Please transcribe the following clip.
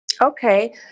Okay